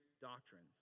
doctrines